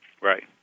Right